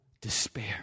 despair